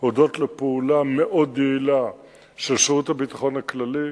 הודות לפעולה מאוד יעילה של שירות הביטחון הכללי,